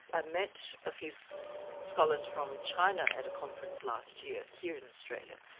i met a few so scholars from china at a conference last year, here in australia,